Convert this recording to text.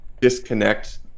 disconnect